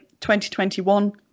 2021